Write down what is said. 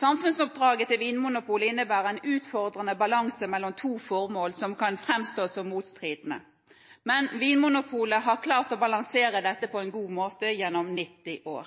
Samfunnsoppdraget til Vinmonopolet innebærer en utfordrende balanse mellom to formål som kan framstå som motstridende, men Vinmonopolet har klart å balansere dette på en god måte gjennom 90 år.